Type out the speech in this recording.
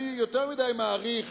אני יותר מדי מעריך